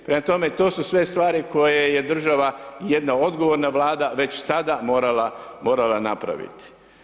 Prema tome, to su sve stvari koje je država i jedna odgovorna Vlada već sada morala napraviti.